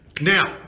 Now